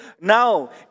Now